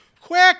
Quick